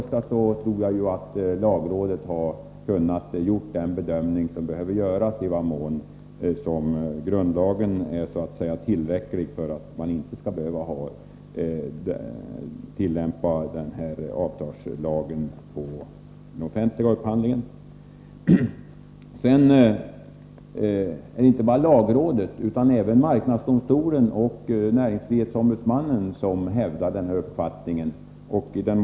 Sedan tror jag att lagrådet har kunnat göra den bedömning som behöver göras av i vad mån grundlagen är tillräcklig för att den föreslagna nya lagen inte skall behöva tillämpas på den offentliga upphandlingen. Marknadsdomstolen och näringsfrihetsombudsmannen hävdar samma uppfattning som lagrådet.